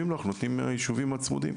ואם לא, אנחנו נותנים מהיישובים הצמודים.